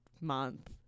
month